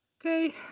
Okay